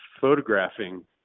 photographing